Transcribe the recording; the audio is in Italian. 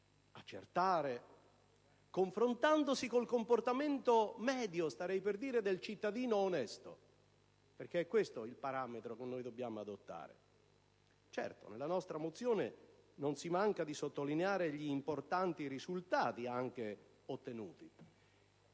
accertare, confrontandosi con il comportamento medio - starei per dire - del cittadino onesto, perché è questo il parametro che noi dobbiamo adottare. Certo, nella nostra mozione non si manca di sottolineare gli importanti risultati ottenuti